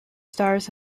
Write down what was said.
stars